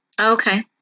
Okay